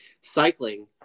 Cycling